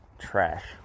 trash